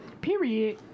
Period